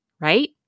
right